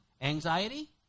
Anxiety